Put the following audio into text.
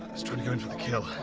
he's trying to go in for the kill.